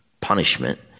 punishment